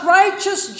righteous